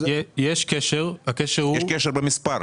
יש קשר, הקשר הוא --- יש קשר במספר.